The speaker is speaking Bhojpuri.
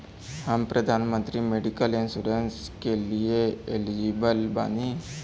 हम प्रधानमंत्री मेडिकल इंश्योरेंस के लिए एलिजिबल बानी?